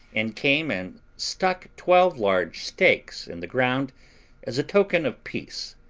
and came and stuck twelve large stakes in the ground as a token of peace,